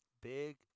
big